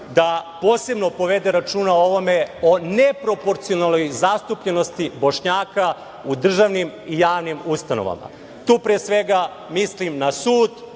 da posebno povede računa o ovome, o ne proporcijalnoj zastupljenosti Bošnjaka u državnim i javnim ustanovama. Tu, pre svega, mislim na sud,